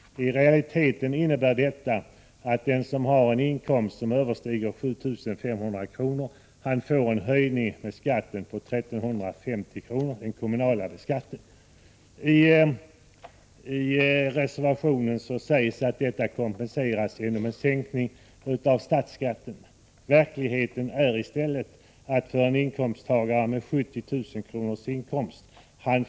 I realiteten innebär åtgärden att den som har en inkomst som överstiger 7 500 kr. får en höjning av den kommunala skatten på 1 350 kr. I reservationen på denna punkt sägs att detta kompenseras genom en sänkning av statsskatten. Verkligheten är i stället att en inkomsttagare som tjänar 70 000 kr.